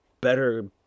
better